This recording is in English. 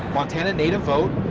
montana native vote,